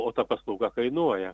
o ta paslauga kainuoja